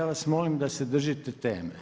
Ja vas molim da se držite teme.